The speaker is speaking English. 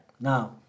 Now